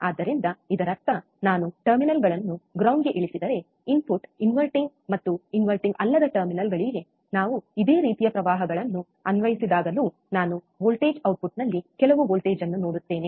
ಆದ್ದರಿಂದ ಇದರರ್ಥ ನಾನು ಟರ್ಮಿನಲ್ಗಳನ್ನು ಗ್ರೌಂಡ್ ಗೆ ಇಳಿಸಿದರೆ ಇನ್ಪುಟ್ ಇನ್ವರ್ಟಿಂಗ್ ಮತ್ತು ಇನ್ವರ್ಟಿಂಗ್ ಅಲ್ಲದ ಟರ್ಮಿನಲ್ ಗಳಿಗೆ ನಾವು ಇದೇ ರೀತಿಯ ಪ್ರವಾಹಗಳನ್ನು ಅನ್ವಯಿಸಿದಾಗಲೂ ನಾನು ವೋಲ್ಟೇಜ್ ಔಟ್ಪುಟ್ನಲ್ಲಿ ಕೆಲವು ವೋಲ್ಟೇಜ್ ಅನ್ನು ನೋಡುತ್ತೇನೆ